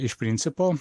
iš principo